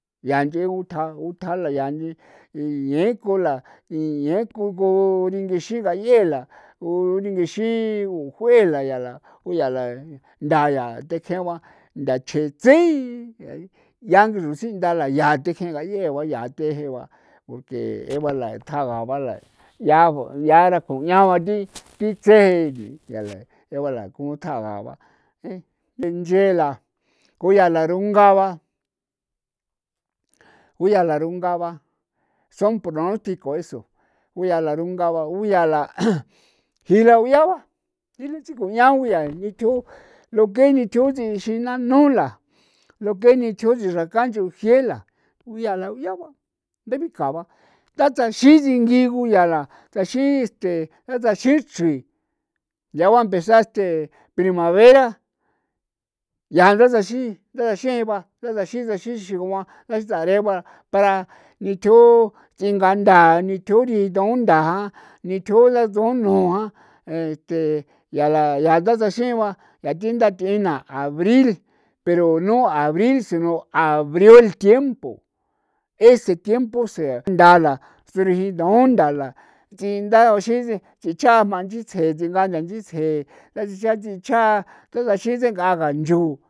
Yaa nchee utja utjala iñeeko la iñeeko ko ringi xingayee la ku ringixi o juee la yaa la nthaa tjekjee ba ntha chjetsi yaa rutsinda la yaa tjengeyaandee ntha ko tea je'e ba porque 'e ba la tjaba ba ya yara la ndara ko nyaraa ko titsje ko thiara je'o ba la ku tjaba la nde nche la ko yaa larungaa ba kuyaa larunga ba son pronosticos eso ku yaa larunga ba uya la jira uyua ba dilee kujiduñao yaa ba nitju lo que estjino nchiixi ti nanula lo que es tji no nichakaxi ncho jie'la kuya uyala ba dabika'o ba ta tsaxin singi yaa ba tjaxi este tsi chri ya va a empezar este primavera yaa ndaxiin ndaxiin ba ndaxin ndaxin sigu'an nda tsare ba para ni thu thinga nthaa ni to rianda thaa ni tjo suan nua este yaa la nda taxin ba yaa ti nthia tiena abril pero no abril sino abrio el tiempo ese tiempo se ntha la sijanduun la nthaa tsii nchi jma tsiin inchin tsje sixaa kanchoo.